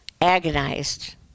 agonized